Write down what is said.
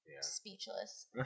speechless